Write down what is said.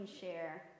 share